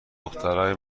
دخترای